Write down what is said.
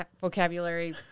vocabulary